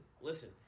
listen